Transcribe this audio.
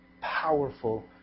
powerful